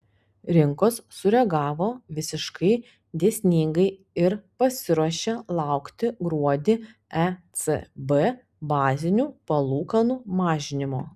rinkos sureagavo visiškai dėsningai ir pasiruošė laukti gruodį ecb bazinių palūkanų mažinimo